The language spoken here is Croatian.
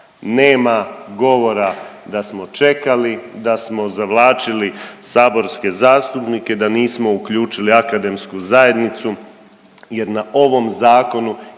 Nema govora da smo čekali, da smo zavlačili saborske zastupnike, da nismo uključili akademsku zajednicu jer na ovom zakonu